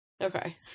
Okay